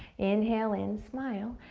inhale in, smile,